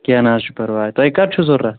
کیٚنٛہہ نہَ حظ چھُ پَرواے تۅہہِ کَر چھُ ضروٗرت